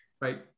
Right